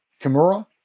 Kimura